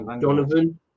Donovan